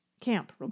camp